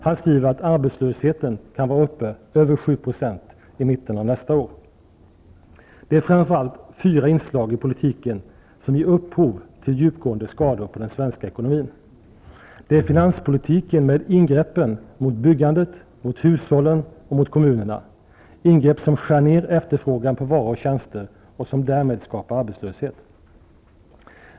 Han skriver att arbetslösheten kan vara uppe i över 7 % i mitten av nästa år. Det är framför allt fyra inslag i politiken som ger upphov till djupgående skador på den svenska ekonomin. Det är finanspolitiken med ingrepp mot byggandet, hushållen och kommunerna. Det är ingrepp som skär ned efterfrågan på varor och tjänster och som därmed skapar arbetslöshet.